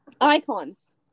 Icons